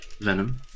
Venom